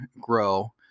grow